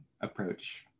approach